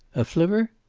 a flivver?